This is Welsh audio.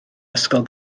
ysgol